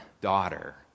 daughter